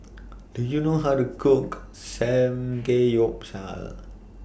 Do YOU know How to Cook Samgeyopsal